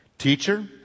Teacher